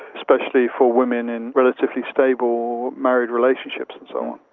especially for women in relatively stable married relationships and so on.